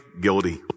guilty